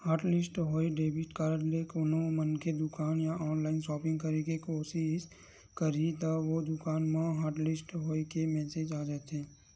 hotlist होए debit card ले कोनो मनखे दुकान या ऑनलाईन सॉपिंग करे के कोसिस करही त ओ दुकान म हॉटलिस्ट होए के मेसेज आ जाथे